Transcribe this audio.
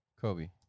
Kobe